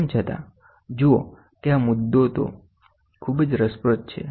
તેમ છતાં જુઓ કે આ મુદ્દો તે ખૂબ જ રસપ્રદ છે